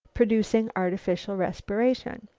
producing artificial respiration.